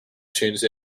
change